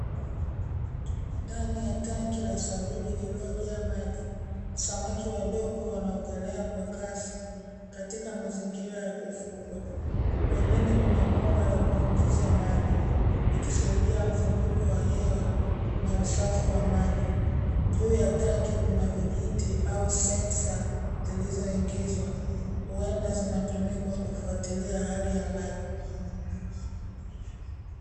Ndani ya tanki la saruji iliyojaa maji, samaki wadogo wanaogelea kwa kasi katika mazingira ya kufugwa, pembeni kuna bomba la kuingiza maji likisaidia mzunguko wa hewa na usafi wa maji juu ya tanki kuna vijiti au sensa zilizoingizwa, huenda zinatumika kufuatilia hali ya maji.